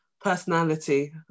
personality